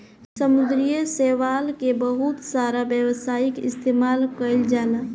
समुंद्री शैवाल के बहुत सारा व्यावसायिक इस्तेमाल कईल जाला